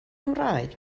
cymraeg